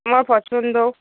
আমার পছন্দও